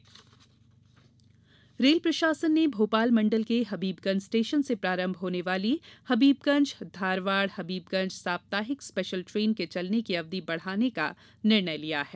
special train रेल प्रशासन ने भोपाल मण्डल के हबीबगंज स्टेशन से प्रांरभ होने वाली हबीबगंज धारवाड़ हबीबगंज साप्ताहिक स्पेशल ट्रेन के चलने की अवधि बढ़ाने का निर्णय लिया है